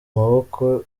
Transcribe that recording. maboko